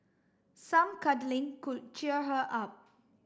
some cuddling could cheer her up